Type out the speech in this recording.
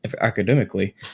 academically